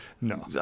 no